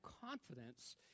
confidence